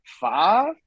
five